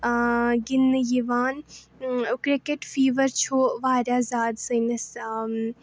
گِنٛدنہٕ یِوان cricket fever چھُ واریاہ زیادٕ سٲنِس